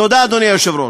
תודה, אדוני היושב-ראש.